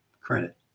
credit